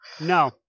No